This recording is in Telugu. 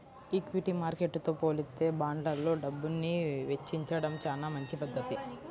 ఈక్విటీ మార్కెట్టుతో పోలిత్తే బాండ్లల్లో డబ్బుని వెచ్చించడం చానా మంచి పధ్ధతి